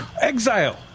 Exile